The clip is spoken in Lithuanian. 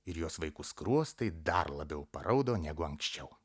ir jos vaikų skruostai dar labiau paraudo negu anksčiau